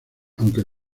aunque